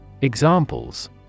Examples